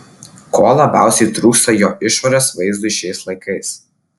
ko labiausiai trūksta jo išorės vaizdui šiais laikais